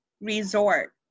resort